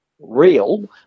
real